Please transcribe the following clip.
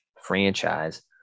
Franchise